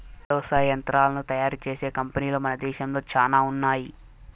వ్యవసాయ యంత్రాలను తయారు చేసే కంపెనీలు మన దేశంలో చానా ఉన్నాయి